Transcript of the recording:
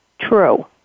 true